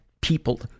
people